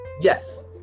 yes